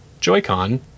Joy-Con